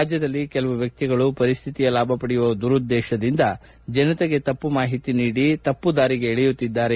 ರಾಜ್ಲದಲ್ಲಿ ಕೆಲವು ವ್ಯಕ್ತಿಗಳು ಪರಿಸ್ಥಿತಿಯ ಲಾಭ ಪಡೆಯುವ ದುರುದ್ದೇತದಿಂದ ಜನತೆಗೆ ತಪ್ಪು ಮಾಹಿತಿ ನೀಡಿ ತಪ್ಪುದಾರಿಗೆ ಎಳೆಯುವ ಕೆಲಸ ಮಾಡುತ್ತಿದ್ದಾರೆ